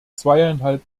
zweieinhalb